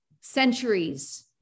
centuries